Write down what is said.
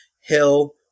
Hill